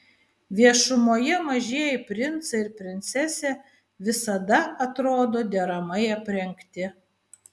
viešumoje mažieji princai ir princesė visada atrodo deramai aprengti